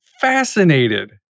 fascinated